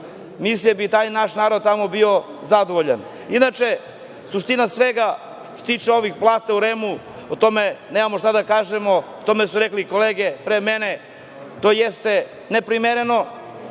Mislim da bi tad taj naš narod tamo bio zadovoljan. Inače, suština svega, što se tiče ovih plata u REM-u, o tome nemamo šta da kažemo, o tome su rekle kolege pre mene. To jeste neprimereno.